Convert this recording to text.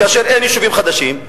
כאשר אין יישובים חדשים,